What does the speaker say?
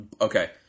Okay